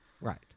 Right